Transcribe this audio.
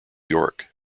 york